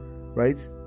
right